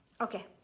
okay